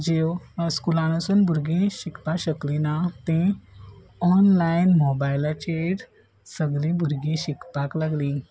ज्यो स्कुलान वसोन भुरगीं शिकपाक शकलीं ना ते ऑनलायन मोबायलाचेर सगलीं भुरगीं शिकपाक लागलीं